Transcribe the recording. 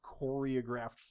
choreographed